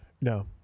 no